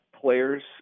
players